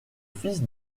fils